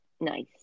nice